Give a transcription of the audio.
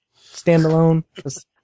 standalone